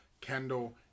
Kendall